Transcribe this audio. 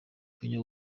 kanye